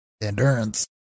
Endurance